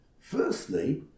firstly